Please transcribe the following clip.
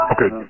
Okay